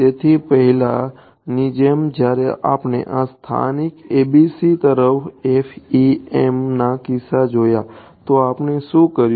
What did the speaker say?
તેથી પહેલાની જેમ જ્યારે આપણે આ સ્થાનિક ABC તરફ FEMના કિસ્સામાં જોયું તો આપણે શું કર્યું